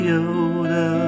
Yoda